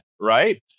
right